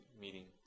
meeting